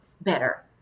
better